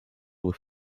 with